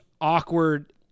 awkward